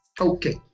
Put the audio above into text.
Okay